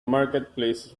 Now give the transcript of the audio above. marketplace